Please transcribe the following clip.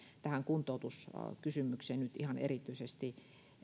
tähän kuntoutuskysymykseen nyt ihan erityisesti